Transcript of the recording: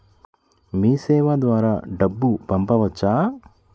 మీసేవ ద్వారా డబ్బు పంపవచ్చా?